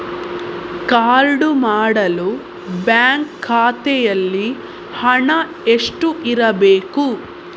Card ಮಾಡಲು bank ಖಾತೆಯಲ್ಲಿ ಹಣ ಎಷ್ಟು ಇರಬೇಕು?